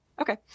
Okay